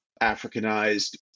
Africanized